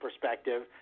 perspective